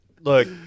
look